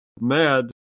mad